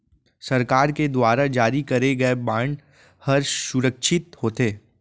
सरकार के दुवार जारी करे गय बांड हर सुरक्छित होथे